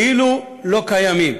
כאילו לא קיימים.